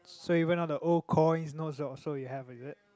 so even all the old coins notes also you have is it